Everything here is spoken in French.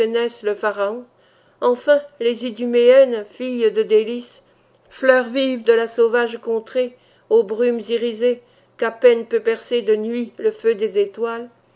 le pharaon enfin les iduméennes filles de délices fleurs vives de la sauvage contrée aux brumes irisées qu'à peine peut percer de nuit le feu des étoiles